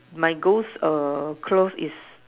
my girl's err clothes is